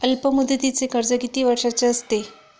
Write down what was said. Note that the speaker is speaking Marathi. अल्पमुदतीचे कर्ज किती वर्षांचे असते?